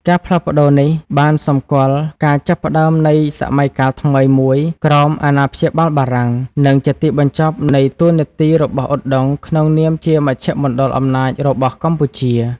ការផ្លាស់ប្តូរនេះបានសម្គាល់ការចាប់ផ្តើមនៃសម័យកាលថ្មីមួយក្រោមអាណាព្យាបាលបារាំង និងជាទីបញ្ចប់នៃតួនាទីរបស់ឧដុង្គក្នុងនាមជាមជ្ឈមណ្ឌលអំណាចរបស់កម្ពុជា។